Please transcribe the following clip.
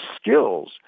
skills